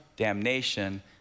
damnation